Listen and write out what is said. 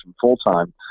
full-time